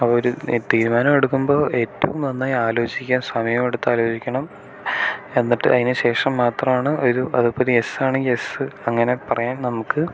അപ്പോൾ ഒരു തീരുമാനം എടുക്കുമ്പോൾ ഏറ്റവും നന്നായി ആലോചിക്കുക സമയമെടുത്ത് ആലോചിക്കണം എന്നിട്ട് അതിനു ശേഷം മാത്രമാണ് ഒരു അതിപ്പോൾ ഒരു യെസ് ആണെങ്കിൽ യെസ് അങ്ങനെ പറയാൻ നമുക്ക്